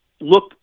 look